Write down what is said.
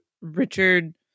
Richard